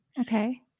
Okay